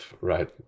right